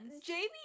Jamie